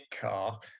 car